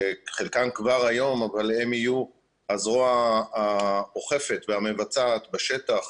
חלקם כבר היום הזרוע האוכפת והמבצעת בשטח